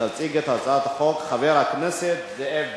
יציג את הצעת החוק חבר הכנסת זאב בילסקי.